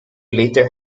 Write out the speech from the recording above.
later